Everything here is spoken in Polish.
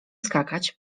skakać